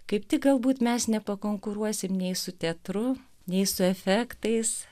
kaip tik galbūt mes nepakonkuruosim nei su teatru nei su efektais